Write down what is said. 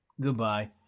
Goodbye